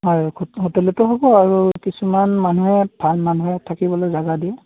হয় হোটেলতো হ'ব আৰু কিছুমান মানুহে ভাল মানুহে থাকিবলৈ জাগা দিয়ে